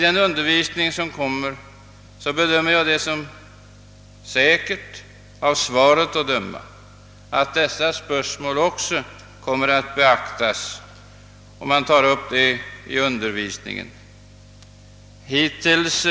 Av svaret att döma förefaller det mig säkert att dessa spörsmål också kommer att beaktas i undervisningen. Hittills